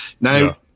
Now